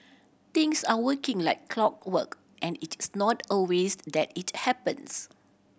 things are working like clockwork and it is not always that it happens